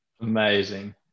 amazing